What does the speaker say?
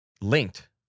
linked